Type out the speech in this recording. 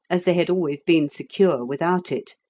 as they had always been secure without it,